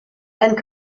and